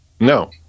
No